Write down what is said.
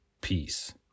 peace